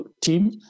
team